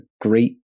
great